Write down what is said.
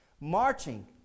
marching